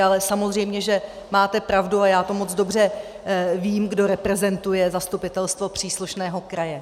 Ale samozřejmě že máte pravdu a já moc dobře vím, kdo reprezentuje zastupitelstvo příslušného kraje.